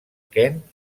kent